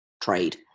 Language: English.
trade